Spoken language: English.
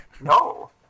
No